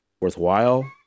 worthwhile